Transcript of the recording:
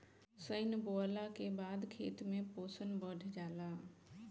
सनइ बोअला के बाद खेत में पोषण बढ़ जाला